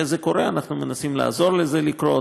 זה קורה, אנחנו מנסים לעזור לזה לקרות.